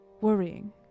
worrying